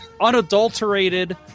unadulterated